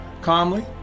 Calmly